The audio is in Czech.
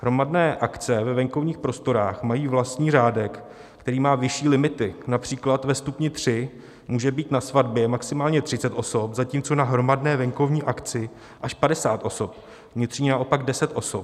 Hromadné akce ve venkovních prostorách mají vlastní řádek, který má vyšší limity, například ve stupni tři může být na svatbě maximálně třicet osob, zatímco na hromadné venkovní akci až padesát osob, vnitřní naopak deset osob.